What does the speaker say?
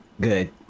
Good